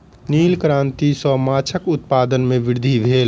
नील क्रांति सॅ माछक उत्पादन में वृद्धि भेल